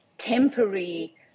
temporary